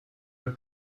are